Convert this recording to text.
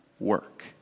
work